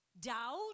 doubt